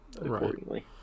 accordingly